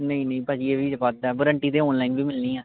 ਨਹੀਂ ਨਹੀਂ ਭਾਅ ਜੀ ਇਹ ਵੀ ਵੱਧ ਹੈ ਵਰੰਟੀ ਤਾਂ ਅੋਨਲਾਈਨ ਵੀ ਮਿਲਣੀ ਆ